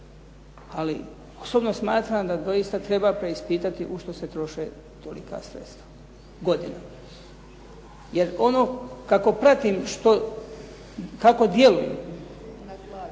Ali osobno smatram da doista treba preispitati u što se troše tolika sredstva godinama. Jer ono kako pratim kako djeluje,